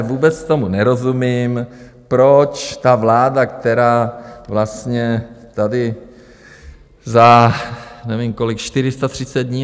Vůbec tomu nerozumím, proč vláda, která vlastně tady za nevím kolik 430 dní?